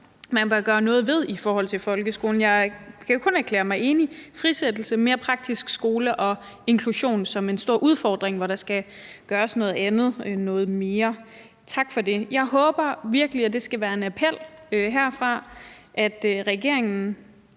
man bør gøre noget ved i forhold til folkeskolen. Jeg kan jo kun erklære mig enig i forhold til det med frisættelse, en mere praktisk skole og inklusion, som er en stor udfordring, hvor der skal gøres noget andet og noget mere – tak for det. Jeg håber virkelig, og det skal være en appel herfra, at regeringen